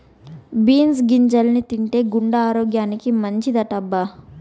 beans గింజల్ని తింటే గుండె ఆరోగ్యానికి మంచిదటబ్బా